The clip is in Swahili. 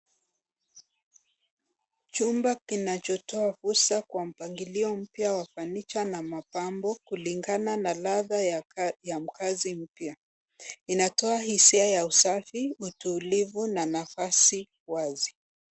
Chumba kinachotoa wusa kwa mpangilio mpya wa furniture na mapambo kulingana na ladha ya mkazi mpya. Inatoa hisia ya usafi, utulivu na nafasi wazi.